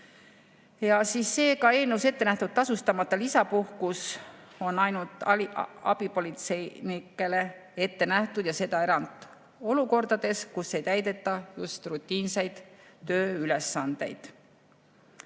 ei osale. Seega eelnõus ette nähtud tasustamata lisapuhkus on ainult abipolitseinikele ette nähtud ja seda erandolukordades, kus ei täideta rutiinseid tööülesandeid.